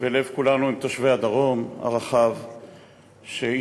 לב כולנו עם תושבי הדרום הרחב, שהתרחב,